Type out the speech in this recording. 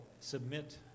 submit